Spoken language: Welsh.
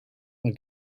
mae